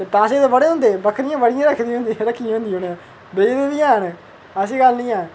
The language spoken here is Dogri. पैसे ते बड़े होंदे बकरियां बड़ियां रक्खी दियां होंदिया हियां बिकदियां बी हैन ऐसी गल्ल निं ऐ